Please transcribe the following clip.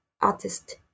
artist